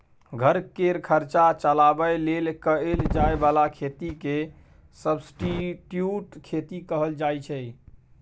घर केर खर्चा चलाबे लेल कएल जाए बला खेती केँ सब्सटीट्युट खेती कहल जाइ छै